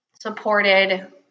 supported